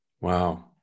Wow